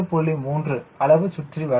3 அளவு சுற்றி வரும்